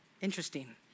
interesting